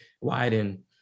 widen